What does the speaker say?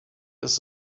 ist